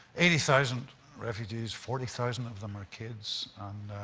eighty thousand refugees, forty thousand of them are kids.